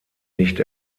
nicht